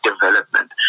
development